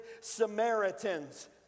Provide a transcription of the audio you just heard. Samaritans